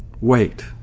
Wait